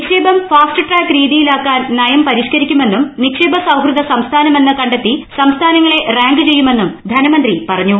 നിക്ഷേപം fast track രീതിയിലാക്കാൻ നയം പരിഷ്കരിക്കുമെന്നും നിക്ഷേപ സൌഹൃദ സംസ്ഥാനമെന്ന് കണ്ടെത്തി സംസ്ഥാനങ്ങളെ റാങ്ക് ചെയ്യുമെന്നും ധനമന്ത്രി പറഞ്ഞു